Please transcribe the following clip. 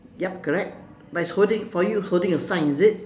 yup correct but he is holding for you holding a sign is it